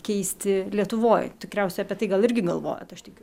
keisti lietuvoj tikriausiai apie tai gal irgi galvojot aš tikiu